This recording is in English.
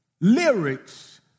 lyrics